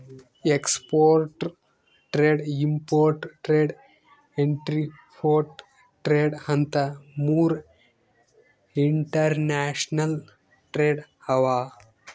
export trade, import trade, entrepot trade ಅಂತ್ ಮೂರ್ international trade ಅವಾ